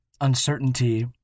uncertainty